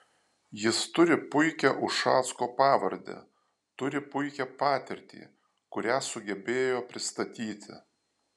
jis turi puikią ušacko pavardę turi puikią patirtį kurią sugebėjo pristatyti